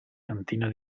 cantina